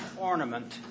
ornament